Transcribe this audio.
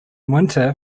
winter